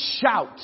shout